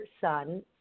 son